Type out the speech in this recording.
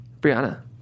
Brianna